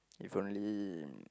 if only